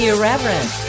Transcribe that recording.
Irreverent